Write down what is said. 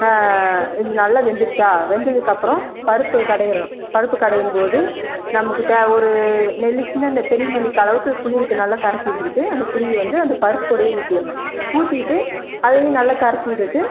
இது நல்லா வெந்துருச்சா வெந்ததுக்கப்பறம் பருப்பு கடையணும் பருப்பு கடையும்போது நமக்கு தே ஒரு நெல்லி சின்ன அந்த பெரிய நெல்லிக்காய் அளவுக்கு புளிய நல்லா கரைச்சி வச்சுக்கிட்டு அந்த புளியை வந்து அந்த பருப்புக்கூடையே ஊற்றிட்ணும் ஊற்றிட்டு அதையும் நல்லா கரைச்சி விட்டுட்டு